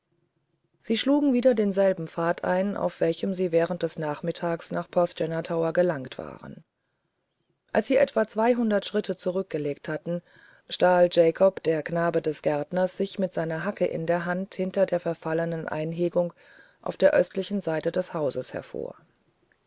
sie schlugen wieder denselben pfad ein auf welchem sie während des nachmittags nachporthgennatowergelangtwaren als sie etwa zweihundert schritt zurückgelegt hatten stahl jakob der knabe des gärtners sich mit seiner hacke in der hand hinter der verfallenen einhegung auf der nördlichenseitedeshauseshervor die